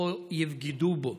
וכוחו יבגדו בו.